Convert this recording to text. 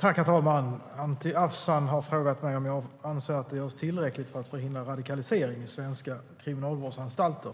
Herr talman! Anti Avsan har frågat mig om jag anser att det görs tillräckligt för att förhindra radikalisering i svenska kriminalvårdsanstalter